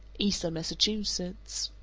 eastern massachusetts.